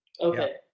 Okay